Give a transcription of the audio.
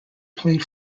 played